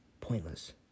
pointless